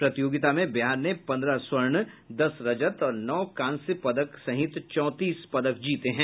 प्रतियोगिता में बिहार ने पन्द्रह स्वर्ण दस रजत और नौ कांस्य पदक सहित चौंतीस पदक जीते हैं